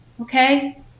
okay